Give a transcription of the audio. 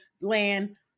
land